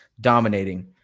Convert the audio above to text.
dominating